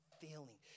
feeling